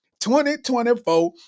2024